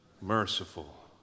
merciful